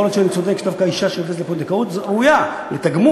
יכול להיות שאני צודק שדווקא אישה שנמצאת בפונדקאות ראויה לתגמול,